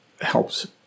helps